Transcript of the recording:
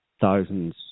thousands